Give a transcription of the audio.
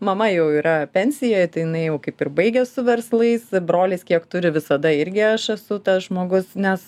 mama jau yra pensijoj tai jinai jau kaip ir baigė su verslais brolis kiek turi visada irgi aš esu tas žmogus nes